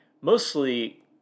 mostly